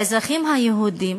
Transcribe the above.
האזרחים היהודים